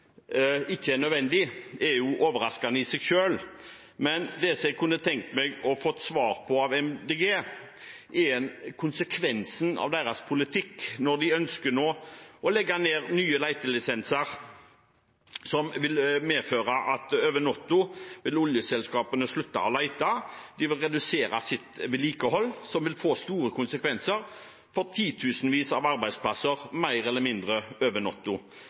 ikke er nødvendig, er jo overraskende i seg selv, men det jeg kunne tenkt meg å få svar på av Miljøpartiet De Grønne, er konsekvensen av deres politikk når de nå ønsker å stoppe nye letelisenser, noe som vil medføre at oljeselskapene over natten vil slutte å lete og redusere sitt vedlikehold, noe som vil få store konsekvenser for titusenvis av arbeidsplasser mer eller mindre over